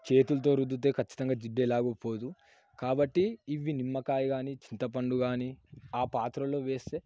చేతులతో రుద్దితే ఖచ్చితంగా జిడ్డు ఎలాగూ పోదు కాబట్టి ఇవి నిమ్మకాయ కానీ చింతపండు కానీ ఆ పాత్రలో వేస్తే